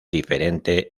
diferente